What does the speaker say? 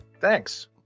Thanks